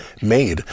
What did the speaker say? made